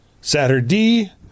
Saturday